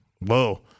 whoa